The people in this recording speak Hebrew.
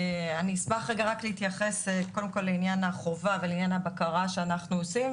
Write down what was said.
אני אשמח להתייחס קודם כל לעניין החובה ולעניין הבקרה שאנחנו עושים,